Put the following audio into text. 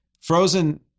Frozen